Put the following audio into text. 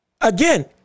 again